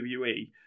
WWE